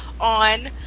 On